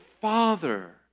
Father